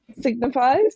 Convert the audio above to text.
signifies